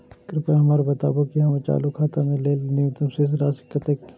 कृपया हमरा बताबू कि हमर चालू खाता के लेल न्यूनतम शेष राशि कतेक या